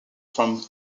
from